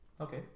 Okay